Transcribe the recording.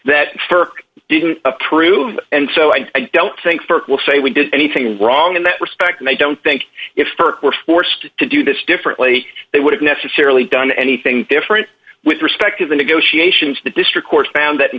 didn't approve and so i don't think for will say we did anything wrong in that respect and i don't think if st were forced to do this differently they would have necessarily done anything different with respect to the negotiations the district court found that in